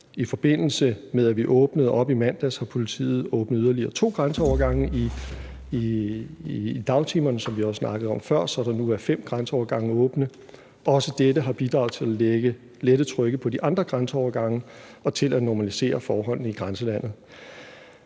I forbindelse med at vi åbnede op i mandags, har politiet åbnet yderligere to grænseovergange i dagtimerne, som vi også snakkede om før, så der nu er fem grænseovergange åbne – også dette har bidraget til at lette trykket på de andre grænseovergange og bidraget til at normalisere forholdene i grænselandet.